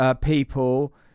people